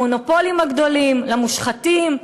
למונופולים הגדולים ולמושחתים.